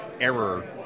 error